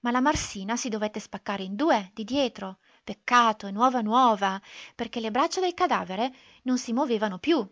ma la marsina si dovette spaccare in due di dietro peccato nuova nuova perché le braccia del cadavere non si movevano più